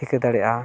ᱴᱷᱤᱠᱟᱹ ᱫᱟᱲᱮᱭᱟᱜᱼᱟ